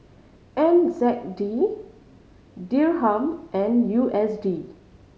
N Z D Dirham and U S D